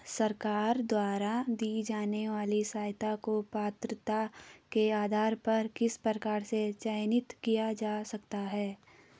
सरकार द्वारा दी जाने वाली सहायता को पात्रता के आधार पर किस प्रकार से चयनित किया जा सकता है?